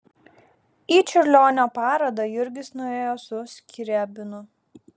į čiurlionio parodą jurgis nuėjo su skriabinu